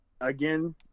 again